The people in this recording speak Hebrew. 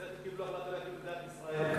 אז איך קיבלו החלטה להקים את מדינת ישראל?